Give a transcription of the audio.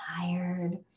tired